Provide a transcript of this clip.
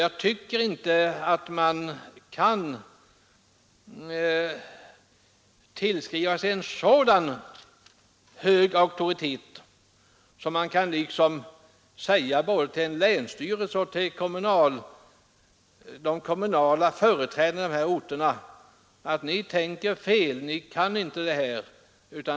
Jag tycker inte att man kan tillskriva sig en så hög auktoritet att man säger både till en länsstyrelse och till de kommunala företrädarna för de här orterna: ”Ni tänker fel, ni kan inte det här.